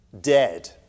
dead